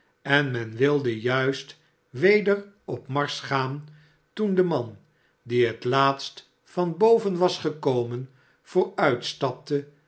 en men wilde juist weder op marsch gaan toen de man die het laatst van boven was gekomen